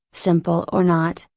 simple or not,